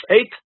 eight